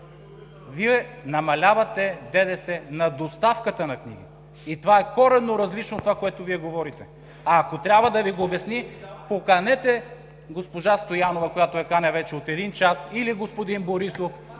Вие намалявате ДДС на доставката на книгите и това е коренно различно от това, което Вие говорите. А ако трябва да Ви го обясни – поканете госпожа Стоянова, която каня вече от един час, или господин Борисов,